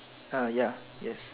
ah ya yes